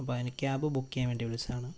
അപ്പോൾ അതിന് cab book ചെയ്യാൻ വേണ്ടി വിളിച്ചതാണ്